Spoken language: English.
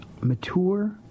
mature